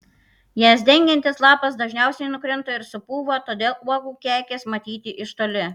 jas dengiantis lapas dažniausiai nukrinta ir supūva todėl uogų kekės matyti iš toli